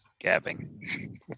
gabbing